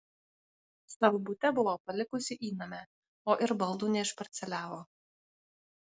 savo bute buvo palikusi įnamę o ir baldų neišparceliavo